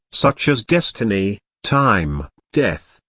such as destiny, time, death,